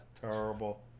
Terrible